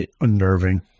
unnerving